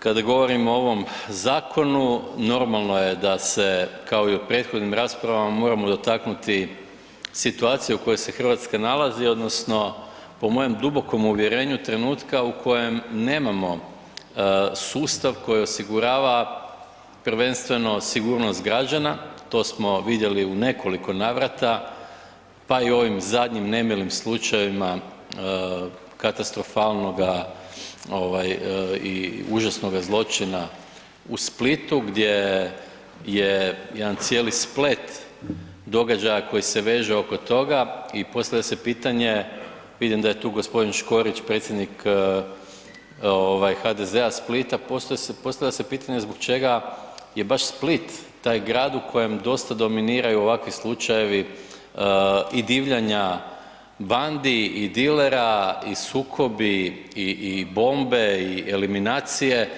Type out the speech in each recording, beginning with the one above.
Kada govorimo o ovom zakonu, normalno je da se kao u prethodnim raspravama moramo dotaknuti situacije u kojoj se Hrvatska nalazi odnosno po mojem dubokom uvjerenju trenutka u kojem nemamo sustav koji osigurava prvenstveno sigurnost građana, to smo vidjeli u nekoliko navrata pa i u ovim zadnjim nemilim slučajevima katastrofalnoga i užasnoga zločina u Splitu gdje je jedan cijeli splet događaja koji se veže oko toga i postavlja se pitanje, vidim da je tu g. Škorić, predsjednik HDZ-a Splita, postavlja se pitanje zbog čega je baš Split taj grad u kojem dosta dominiraju ovakvi slučajevi i divljanja bandi i dilera i sukobi i bombe i eliminacije,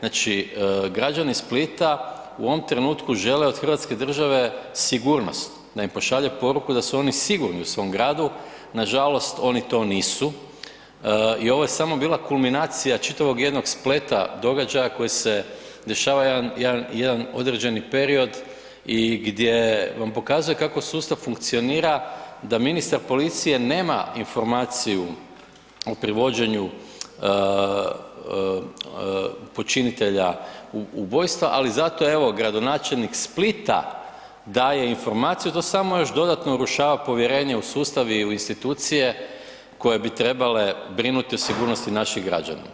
znači građani Splita u ovom trenutku žele od hrvatske države sigurnost, da im pošalje poruku da su oni sigurni u svom gradu, nažalost oni to nisu i ovo je samo bila kulminacija čitavog jednog spleta događaja koji se dešava jedan određeni period i gdje vam pokazuje kako sustav funkcionira da ministar policije nema informaciju o privođenju počinitelja ubojstva ali zato evo, gradonačelnik Splita daje informaciju, to samo još dodatno urušava povjerenje u sustav i u institucije koje bi trebali brinuti o sigurnosti naših građana.